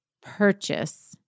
purchase